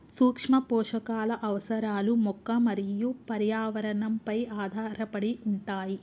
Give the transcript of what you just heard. సూక్ష్మపోషకాల అవసరాలు మొక్క మరియు పర్యావరణంపై ఆధారపడి ఉంటాయి